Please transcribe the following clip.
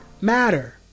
matter